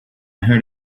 heard